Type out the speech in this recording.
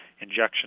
injection